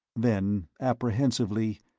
then, apprehensively,